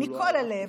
מכל הלב,